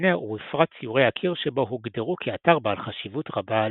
המבנה ובפרט ציורי הקיר שבו הוגדרו כאתר בעל חשיבות רבה לשימור.